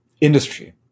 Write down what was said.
industry